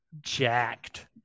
Jacked